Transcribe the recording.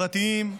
פרטיים,